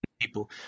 people